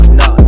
no